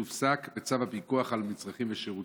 והוא הופסק בצו הפיקוח על מצרכים ושירותים.